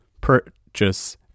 purchase